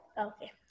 Okay